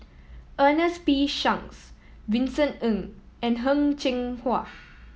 Ernest P Shanks Vincent Ng and Heng Cheng Hwa